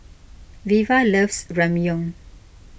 Veva loves Ramyeon